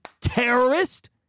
terrorist